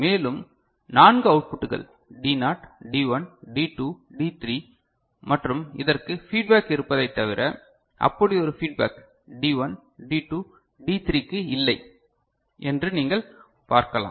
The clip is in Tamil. மேலும் 4 அவுட்புட்டுகள் T naught T 1 T 2 T 3 மற்றும் இதற்கு ஃபீட்பேக் இருப்பதைகத் தவிர அப்படி ஒரு ஃபீட்பேக் டி 1 டி 2 டி 3 க்கு இல்லை என்று நீங்கள் பார்க்கலாம்